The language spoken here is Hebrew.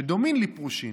שדומין לפרושין,